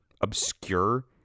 obscure